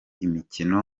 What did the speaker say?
imikino